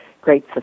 great